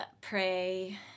pray